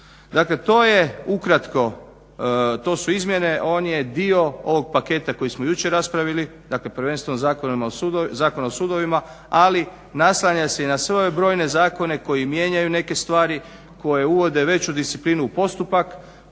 Dakle, to je ukratko, to su izmjene. On je dio ovog paketa koji smo jučer raspravili. Dakle, prvenstveno Zakon o sudovima, ali naslanja se i na sve ove brojne zakone koji mijenjaju neke stvari, koje uvode veću disciplinu u postupak